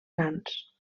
nans